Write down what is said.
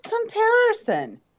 comparison